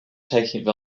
taking